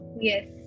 Yes